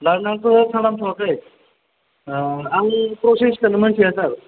लारनारखौ खालामथ'आखै आङो प्रसेसखौनो मिथिया सार